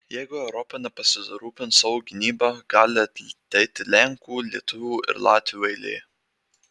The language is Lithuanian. jeigu europa nepasirūpins savo gynyba gali ateiti lenkų lietuvių ir latvių eilė